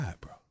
bro